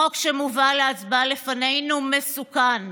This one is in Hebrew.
החוק שמובא להצבעה לפנינו מסוכן.